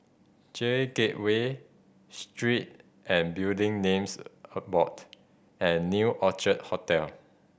J Gateway Street and Building Names A Board and New Orchid Hotel